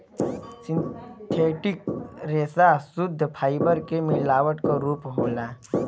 synthetic रेसा सुद्ध fibre के मिलावट क रूप होला